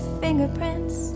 fingerprints